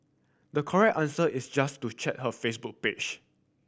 the correct answer is just to check her Facebook page